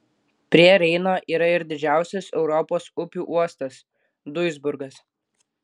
prie reino yra ir didžiausias europos upių uostas duisburgas